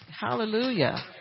Hallelujah